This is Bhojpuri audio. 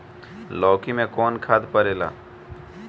लौकी में कौन खाद पड़ेला?